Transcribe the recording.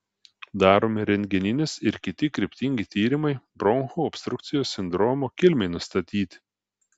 daromi rentgeninis ir kiti kryptingi tyrimai bronchų obstrukcijos sindromo kilmei nustatyti